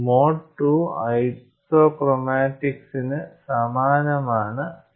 mode II ഐസോക്രോമാറ്റിക്സിന് സമാനമാണ് അവ